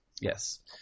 Yes